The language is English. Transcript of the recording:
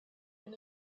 been